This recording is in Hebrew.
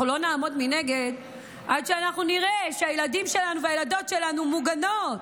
אנחנו לא נעמוד מנגד עד שנראה שהילדים והילדות שלנו מוגנים.